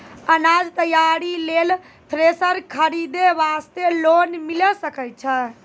अनाज तैयारी लेल थ्रेसर खरीदे वास्ते लोन मिले सकय छै?